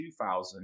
2000